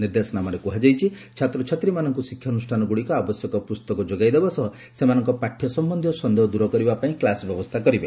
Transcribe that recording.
ନିର୍ଦ୍ଦେଶନାମାରେ କୁହାଯାଇଛି ଛାତ୍ରଛାତ୍ରୀମାନଙ୍ଙୁ ଶିକ୍ଷାନୁଷ୍ଠାନଗୁଡ଼ିକ ଆବଶ୍ୟକ ପୁସ୍ତକ ଯୋଗାଇଦେବା ସହ ସେମାନଙ୍କ ପାଠ୍ୟ ସମ୍ୟନ୍ଧୀୟ ସଦେହ ଦୂର କରିବାପାଇଁ କ୍ଲାସ୍ ବ୍ୟବସ୍ତା କରିବେ